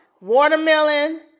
Watermelon